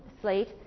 slate